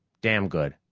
damned good.